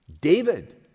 David